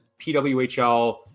PWHL